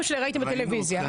ראינו אתכם בטלוויזיה.